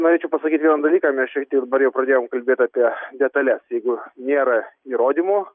norėčiau pasakyt vieną dalyką mes čia ir norėjau pradėjom kalbėt apie detales jeigu nėra įrodymų